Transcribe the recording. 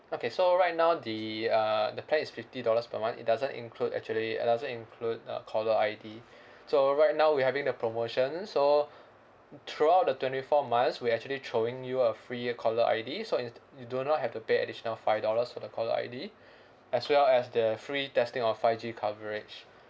okay so right now the uh the plan is fifty dollars per month it doesn't include actually uh doesn't include a caller I_D so right now we having the promotion so throughout the twenty four months we actually throwing you a free caller I_D so inst~ you do not have to pay additional five dollars for the caller I_D as well as the free testing of five G coverage